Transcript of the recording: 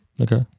Okay